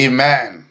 Amen